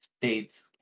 states